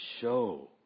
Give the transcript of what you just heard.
show